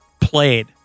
played